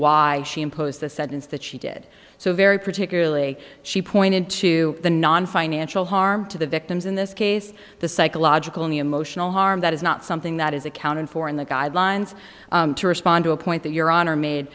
why she imposed the sentence that she did so very particularly she pointed to the nonfinancial harm to the victims in this case the psychological and emotional harm that is not something that is accounted for in the guidelines to respond to a point that your honor made